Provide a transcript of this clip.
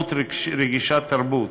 התערבות רגישת-תרבות,